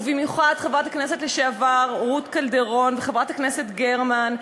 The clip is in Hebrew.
ובמיוחד חברת הכנסת לשעבר רות קלדרון וחברת הכנסת גרמן,